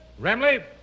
Remley